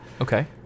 Okay